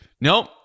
Nope